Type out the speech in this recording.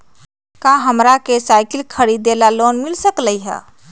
का हमरा के साईकिल खरीदे ला लोन मिल सकलई ह?